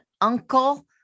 uncle